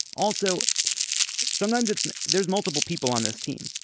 also sometimes it's there's multiple people on this team.